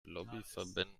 lobbyverbänden